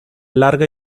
larga